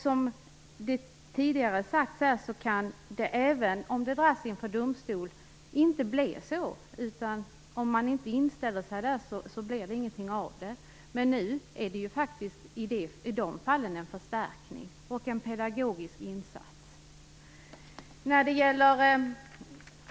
Som tidigare har sagts här så är det inte säkert att det blir något av ett ärende även om det dras inför domstol - om man inte inställer sig där blir det ingenting av det. Men i de fallen blir det nu en förstärkning och en pedagogisk insats.